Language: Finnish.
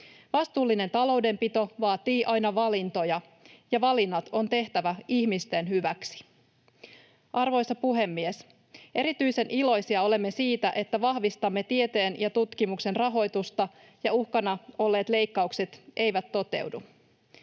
Vastuullinen taloudenpito vaatii aina valintoja, ja valinnat on tehtävä ihmisten hyväksi. Arvoisa puhemies! Erityisen iloisia olemme siitä, että vahvistamme tieteen ja tutkimuksen rahoitusta ja uhkana olleet leikkaukset eivät toteudu.